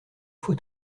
faut